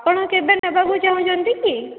ଆପଣ କେବେ ନେବାକୁ ଚାହୁଁଛନ୍ତି କି